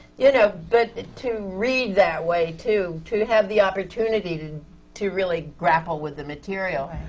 you know, but to read that way, too. to have the opportunity and to really grapple with the material.